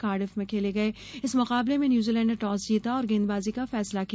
Cardiff में खेले गये इस मुकाबले में न्यूजीलेंड ने टास जीता और गेंदबाजी का फैसला किया